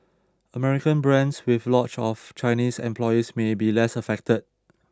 American brands with lots of Chinese employees may be less affected